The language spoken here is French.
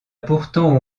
pourtant